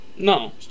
No